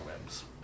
webs